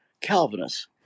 Calvinists